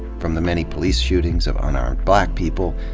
from the many police shootings of unarmed black people,